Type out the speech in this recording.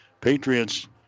Patriots